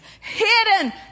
hidden